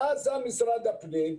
מה עשה משרד הפנים?